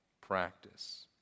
practice